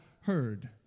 heard